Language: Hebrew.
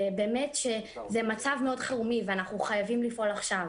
זה מצב חירום ואנחנו חייבים לפעול עכשיו.